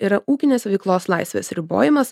yra ūkinės veiklos laisvės ribojimas